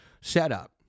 setup